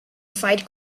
fight